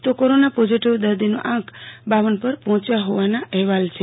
તો corona positive દદીનો આંક પર પર પ હોંચ્યો હોવાના અહવાલ છે